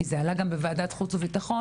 כי זה עלה גם בוועדת חוץ וביטחון,